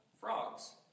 frogs